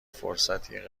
فرصتی